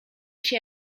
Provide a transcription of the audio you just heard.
się